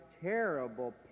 terrible